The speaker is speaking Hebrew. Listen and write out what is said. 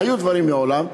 היו דברים מעולם,